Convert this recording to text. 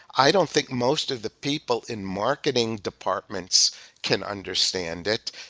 i don't think most of the people in marketing departments can understand it.